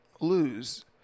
lose